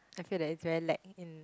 I feel like it's very lack in